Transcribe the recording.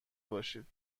باشید